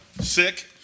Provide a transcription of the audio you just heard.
sick